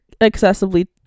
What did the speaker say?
excessively